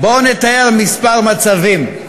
בואו נתאר כמה מצבים.